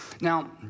Now